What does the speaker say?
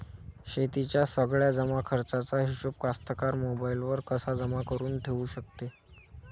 शेतीच्या सगळ्या जमाखर्चाचा हिशोब कास्तकार मोबाईलवर कसा जमा करुन ठेऊ शकते?